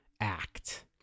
act